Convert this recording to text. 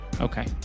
Okay